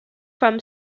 from